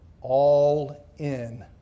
all-in